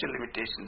limitations